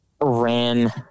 ran